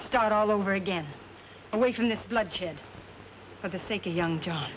start all over again away from this bloodshed for the sake of young john